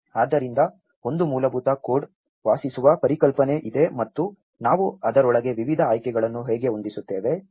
ಆದ್ದರಿಂದ ಒಂದು ಮೂಲಭೂತ ಕೋಡ್ ವಾಸಿಸುವ ಪರಿಕಲ್ಪನೆ ಇದೆ ಮತ್ತು ನಾವು ಅದರೊಳಗೆ ವಿವಿಧ ಆಯ್ಕೆಗಳನ್ನು ಹೇಗೆ ಹೊಂದಿಸುತ್ತೇವೆ